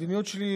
המדיניות שלי,